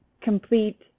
complete